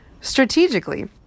Strategically